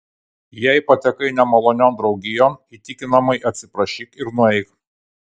jei patekai nemalonion draugijon įtikinamai atsiprašyk ir nueik